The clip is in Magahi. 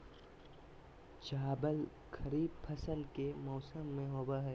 चावल खरीफ फसल के मौसम में होबो हइ